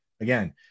again